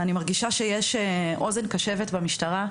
אני מרגישה שיש אוזן קשבת במשטרה,